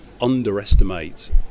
underestimate